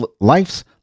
life's